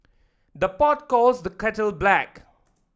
the pot calls the kettle black